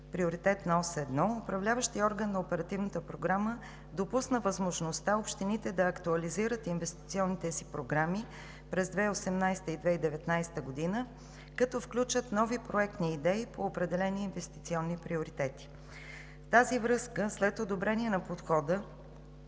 Приоритетна ос 1 Управляващият орган на Оперативната програма допусна възможността общините да актуализират инвестиционните си програми през 2018 и 2019 г. като включат нови проектни идеи по определени инвестиционни приоритети. В тази връзка, след одобрение на подхода,